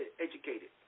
educated